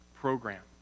program